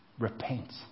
Repent